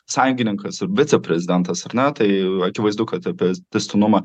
sąjungininkas ir vicė prezidentas ar ne tai akivaizdu kad apie tęstinumą